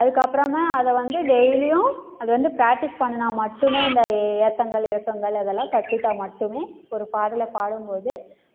அதுக்கு அப்புறமா அதைவந்து டெய்லியும் அது வந்து பிராக்டிஸ் பண்ணினா மட்டுமே அந்த ஏற்றங்கள் இறக்கங்கள் அதெல்லாம் கற்றுக்கிட்டா மட்டுமே ஒரு பாடலை பாடும்போது